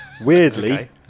Weirdly